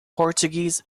portuguese